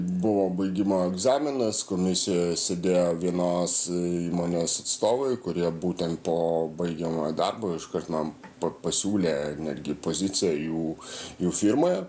buvo baigimo egzaminas komisijoje sėdėjo vienos įmonės atstovai kurie būtent po baigiamojo darbo iškart man pasiūlė netgi poziciją jų jų firmoje